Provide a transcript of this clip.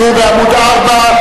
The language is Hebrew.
בעמוד 4,